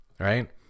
Right